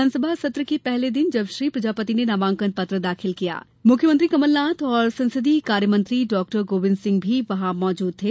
विधानसभा सत्र के पहले दिन जब श्री प्रजापति ने नामांकन पत्र दाखिल किया मुख्यमंत्री कमलनाथ और संसदीय कार्य मंत्री डॉ गोविंद सिंह भी वहां मौजूद थे